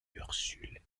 ursule